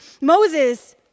Moses